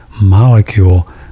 molecule